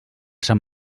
sant